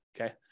Okay